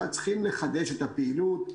אבל צריכים לחדש את הפעילות.